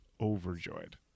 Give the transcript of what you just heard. Overjoyed